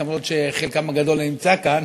אף שחלקם הגדול לא נמצא כאן,